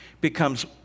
becomes